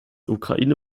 ukraine